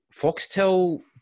Foxtel